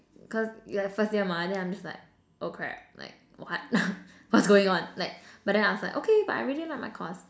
cause your at first year mah then I'm just like oh crap like what what's going on like but then I was like okay but I really like my course